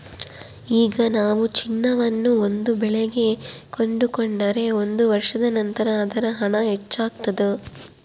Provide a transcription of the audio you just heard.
ಈಗ ನಾವು ಚಿನ್ನವನ್ನು ಒಂದು ಬೆಲೆಗೆ ಕೊಂಡುಕೊಂಡರೆ ಒಂದು ವರ್ಷದ ನಂತರ ಅದರ ಹಣ ಹೆಚ್ಚಾಗ್ತಾದ